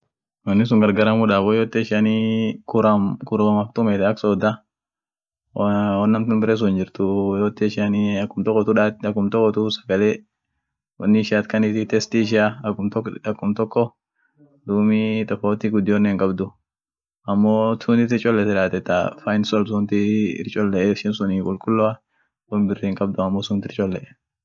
woni sunii ta ak arabun nyaatsun sun defai sun jaribaati fed, ta inchi arabua sun ta inchi tatena sun dikeyoa silaate biri ta inama tooshit wo dargeti sun akan jaribaati fedaitaa akan arabun nyaat sun, maanif akan nyaateni, maan kabdi, maan nama baati, silaate wonsun ira bareno feda sila wonsun oonjaati fedai,